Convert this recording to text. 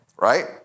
right